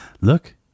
Look